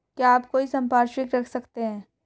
क्या आप कोई संपार्श्विक रख सकते हैं?